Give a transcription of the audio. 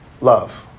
Love